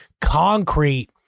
concrete